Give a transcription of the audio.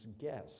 guess